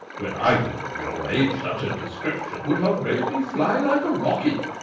when i was of your age, such a description would have made me fly like a rocket!